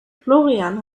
florian